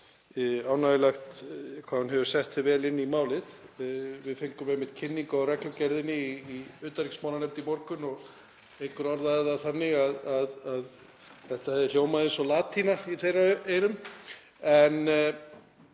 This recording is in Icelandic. ánægjulegt hvað hann hefur sett sig vel inn í málið. Við fengum einmitt kynningu á reglugerðinni í utanríkismálanefnd í morgun og einhver orðaði það þannig að þetta hefði hljómað eins og latína í þeirra eyrum. En